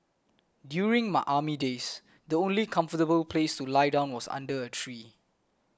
during my army days the only comfortable place to lie down was under a tree